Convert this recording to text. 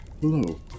Hello